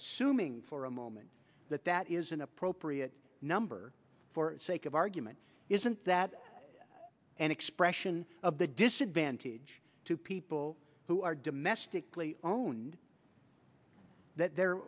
as sumi for a moment that that is an appropriate number for sake of argument isn't that an expression of the disadvantage to people who are domestically owned that they're